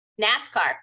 NASCAR